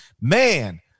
man